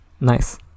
nice